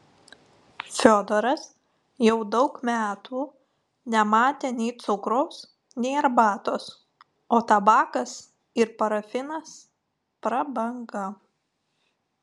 fiodoras jau daug metų nematė nei cukraus nei arbatos o tabakas ir parafinas prabanga